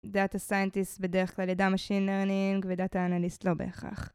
דאטה סיינטיסט בדרך כלל ידע משין נרנינג ודאטה אנליסט לא בהכרח.